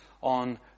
on